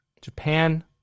Japan